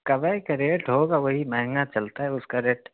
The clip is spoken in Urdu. کوے کا ریٹ ہوگا وہی مہنگا چلتا ہے اس کا ریٹ